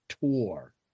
tour